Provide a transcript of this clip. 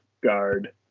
guard